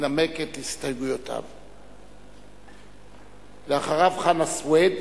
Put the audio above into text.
לנמק את הסתייגויותיו, ואחריו, חנא סוייד